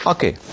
Okay